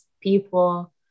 people